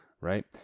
right